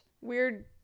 weird